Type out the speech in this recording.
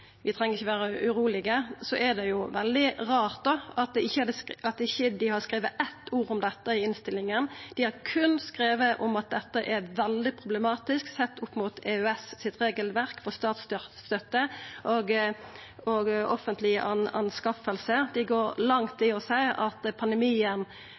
vi ikkje treng å vera urolege, så er det jo veldig rart at dei ikkje har skrive eitt ord om dette i innstillinga. Dei har berre skrive om at dette er veldig problematisk sett opp mot EØS sitt regelverk for statsstøtte og for offentlege anskaffingar. Dei går langt